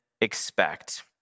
expect